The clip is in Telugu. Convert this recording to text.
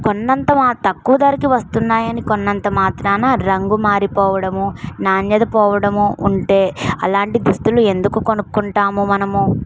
కొన్నంత మా తక్కువ ధరకు వస్తున్నాయి అని కొన్నంత మాత్రాన రంగు మారిపోవడం నాణ్యత పోవడము ఉంటే అలాంటి దుస్తులు ఎందుకు కొనుక్కుంటాము మనము